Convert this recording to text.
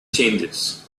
changes